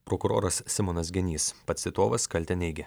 prokuroras simonas genys pats titovas kaltę neigia